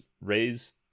raise